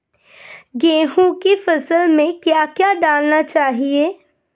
गेहूँ की फसल में क्या क्या डालना चाहिए?